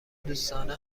دوستانه